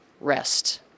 rest